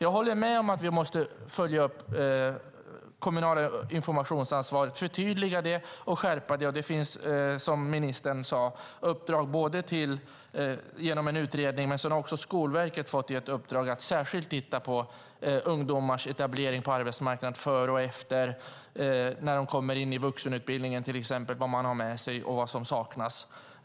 Jag håller med om att vi måste följa upp det kommunala informationsansvaret, förtydliga det och skärpa det. Det finns, som ministern sade, uppdrag genom en utredning. Sedan har också Skolverket via statsrådet Nyamko Sabuni fått ett uppdrag att särskilt titta på ungdomars etablering på arbetsmarknaden före och efter, till exempel när de kommer in i vuxenutbildningen, vad de har med sig och vad som saknas.